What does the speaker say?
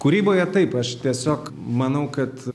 kūryboje taip aš tiesiog manau kad